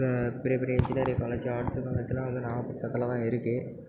பெரிய பெரிய engineering college arts காலேஜெலாம் நாகப்பட்டனத்தில் தான் இருக்குது